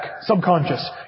subconscious